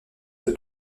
peut